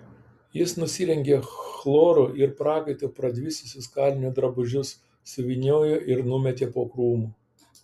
jis nusirengė chloru ir prakaitu pradvisusius kalinio drabužius suvyniojo ir numetė po krūmu